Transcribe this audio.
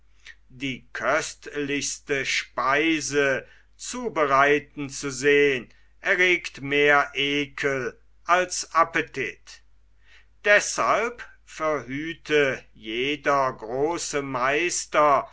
die köstlichste speise zubereiten zu sehn erregt mehr ekel als appetit deshalb verhüte jeder große meister